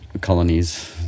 colonies